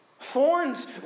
Thorns